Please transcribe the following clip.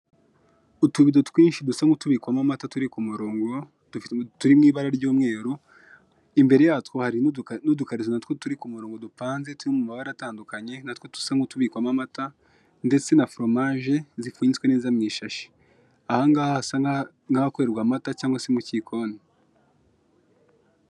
Utubido twinshi dusa nk'utubikwamo amata turi ku murongo, turi mu ibara ry'umweru, imbere yatwo hari n'udukato natwo turi ku murongo dupanze turi mu mabara atandukanye natwo dusa nk'utubikwamo amata ndetse na foromaje zipfunyitswe neza mu ishashi, ahangaha hasa nk'ahakorerwa amata cyangwa se mu kikoni.